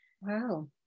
Wow